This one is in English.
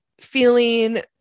feeling